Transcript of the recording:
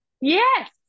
Yes